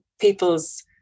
people's